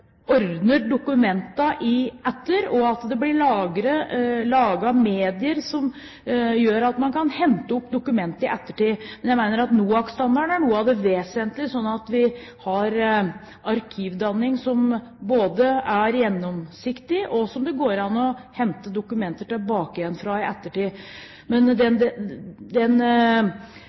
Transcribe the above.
ordner dokumentene etter, og at det blir lagd medier som gjør at man kan hente opp dokumenter i ettertid. Jeg mener at NOARK-standarden er noe av det vesentlige, slik at vi har arkivdanning som både er gjennomsiktig, og som det i ettertid går an å hente dokumenter tilbake fra. Den kompetansen som finnes i mitt fagdepartement, samarbeider vi gjerne med andre departementer om, og det